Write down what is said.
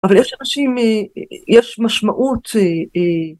אבל יש אנשים.. אה אה.. יש משמעות.. אה אה..